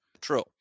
True